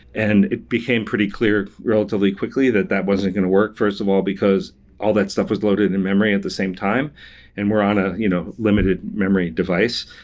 and it became pretty clear relatively quickly that that wasn't going to work first of all, because all that stuff is loaded in-memory at the same time and we're on a you know limited memory device.